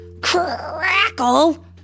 crackle